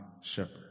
shepherd